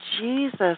Jesus